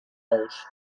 ous